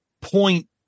point